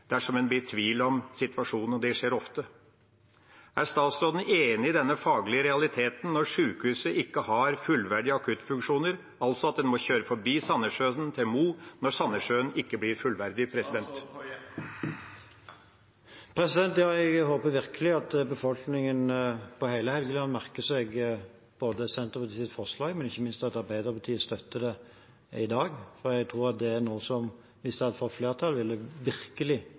dersom en blir i tvil om situasjonen, og det skjer ofte. Er statsråden enig i denne faglige realiteten når sykehuset ikke har fullverdige akuttfunksjoner – altså at en må kjøre forbi Sandnessjøen og til Mo, når Sandnessjøen ikke blir fullverdig? Jeg håper virkelig at befolkningen på hele Helgeland merker seg Senterpartiets forslag, og ikke minst at Arbeiderpartiet støtter det i dag. Jeg tror at det er noe som – hvis det hadde fått flertall – virkelig